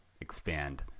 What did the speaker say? expand